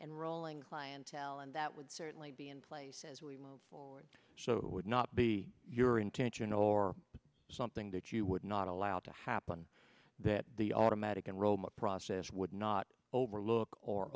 and rolling clientele and that would certainly be in place as we showed it would not be your intention or something that you would not allow to happen that the automatic enrollment process would not overlook or